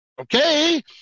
okay